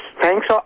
thanks